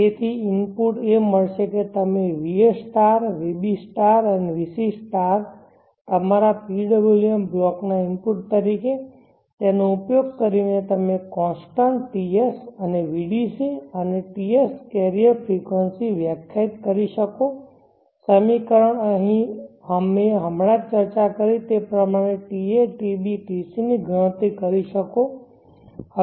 તેથી ઇનપુટ એ મળશે કે તમે va vb vc તમારા PWM બ્લોકના ઇનપુટ તરીકે તેનો ઉપયોગ કરીને તમે કોન્સ્ટન્ટ TS અને vdc અને TSકેરિયર ફ્રેકવંસી વ્યાખ્યાયિત કરી શકો સમીકરણ અમે હમણાં જ ચર્ચા કરી તે પ્રમાણે તા ta tb tc ની ગણતરી કરી શકો છો